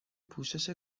پوشش